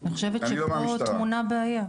אני חושבת שפה טמונה הבעיה.